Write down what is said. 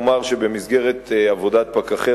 חבר הכנסת כהן שואל על התופעה הזאת,